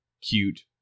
cute